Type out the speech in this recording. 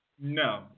no